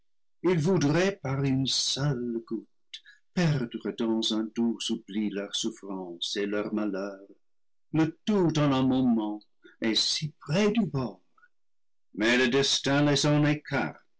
ils voudraient par une seule goutte perdre dans un doux oubli leurs souffrances et leurs malheurs le tout en un moment et si près du bord mais le destin les